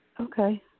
Okay